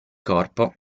corpo